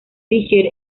fisher